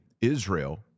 Israel